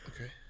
Okay